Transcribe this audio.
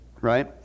right